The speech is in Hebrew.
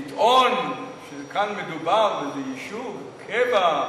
לטעון שכאן מדובר ביישוב קבע,